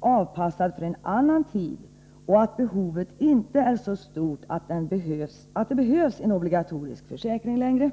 avpassad för en annan tid och att behovet inte är så stort att det behövs en obligatorisk försäkring längre.